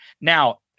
Now